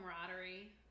camaraderie